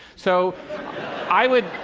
so i would,